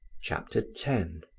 chapter ten